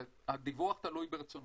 הדיווח תלוי ברצונו.